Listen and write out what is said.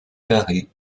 carré